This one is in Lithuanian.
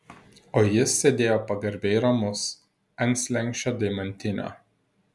o jis sėdėjo pagarbiai ramus ant slenksčio deimantinio